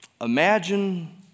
imagine